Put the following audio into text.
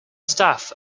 staff